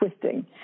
twisting